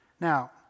Now